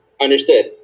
Understood